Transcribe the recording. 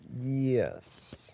Yes